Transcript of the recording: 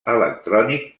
electrònic